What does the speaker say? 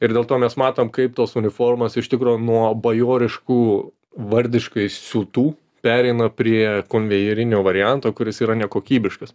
ir dėl to mes matom kaip tos uniformos iš tikro nuo bajoriškų vardiškai siūtų pereina prie konvejerinio varianto kuris yra nekokybiškas